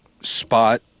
spot